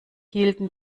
hielten